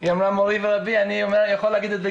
היא אמרה מורי ורבי ואני יכול להגיד את זה